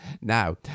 Now